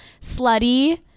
slutty